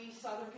Southern